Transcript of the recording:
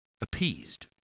appeased